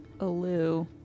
Alu